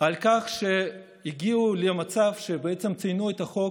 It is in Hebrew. על כך שהגיעו למצב שהם בעצם קיימו את החוק